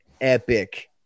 epic